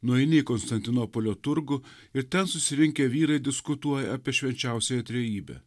nueini į konstantinopolio turgų ir ten susirinkę vyrai diskutuoja apie švenčiausiąją trejybę